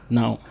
now